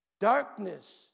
Darkness